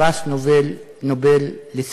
פרס נובל לספרות.